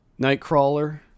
Nightcrawler